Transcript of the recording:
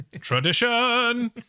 Tradition